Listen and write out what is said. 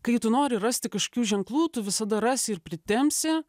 kai tu nori rasti kažkokių ženklų tu visada rasi ir pritempsi